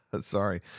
sorry